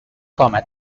comet